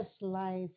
life